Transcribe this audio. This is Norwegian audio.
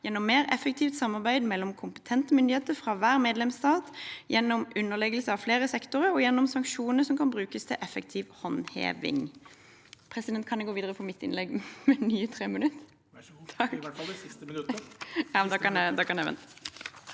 gjennom mer effektivt samarbeid mellom kompetente myndigheter fra hver medlemsstat, gjennom underleggelse av flere sektorer og gjennom sanksjoner som kan brukes til effektiv håndheving.